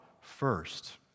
first